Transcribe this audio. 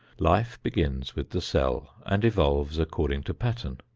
life begins with the cell and evolves according to pattern.